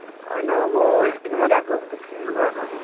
होइन म हेर्नु मात्रै आएको हो त्यसै लुगाहरू अब